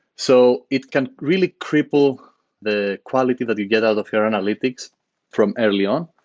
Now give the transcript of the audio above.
so it can really cripple the quality that you get out of your and analytics from early on.